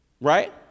right